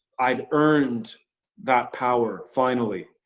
i'd earned that power, finally.